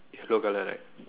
yellow colour right